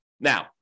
Now